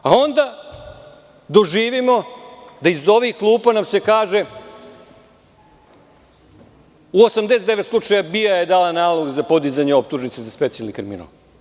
A onda doživimo da iz ovih klupa nam se kaže u 89 slučajeva BIA je dala nalog za podizanje optužnice za specijalni kriminal.